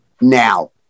now